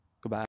Goodbye